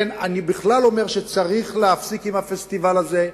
אני בכלל אומר שצריך להפסיק עם הפסטיבל הזה.